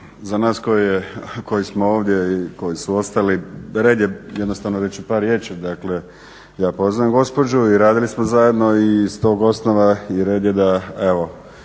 za nas koji smo ovdje i koji su ostali red je jednostavno reći par riječi. Dakle ja poznajem gospođu i radili smo zajedno i s tog osnova i red je da evo